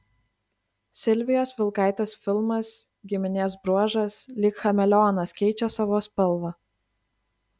silvijos vilkaitės filmas giminės bruožas lyg chameleonas keičia savo spalvą